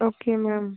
okay ma'am